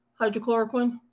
hydrochloroquine